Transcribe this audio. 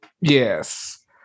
Yes